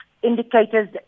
Indicators